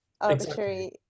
arbitrary